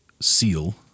seal